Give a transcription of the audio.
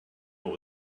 what